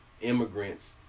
Immigrants